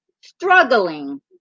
struggling